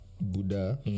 Buddha